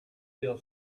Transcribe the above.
feel